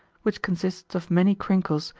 which consists of many crinkles,